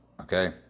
Okay